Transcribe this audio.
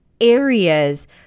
areas